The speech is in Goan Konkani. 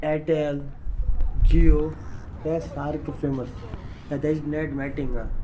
एरटॅल जियो ते सारके फेमस हे तेज नेट मेळटा हांगा